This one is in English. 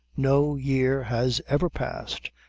no year has ever past,